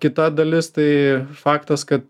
kita dalis tai faktas kad